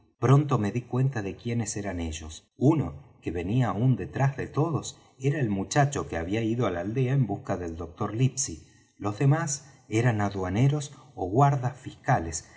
pronto me dí cuenta de quienes eran ellos uno que venía aún detrás de todos era el muchacho que había ido de la aldea en busca del doctor livesey los demás eran aduaneros ó guardas fiscales